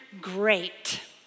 great